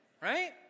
Right